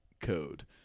code